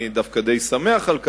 אני דווקא די שמח על כך.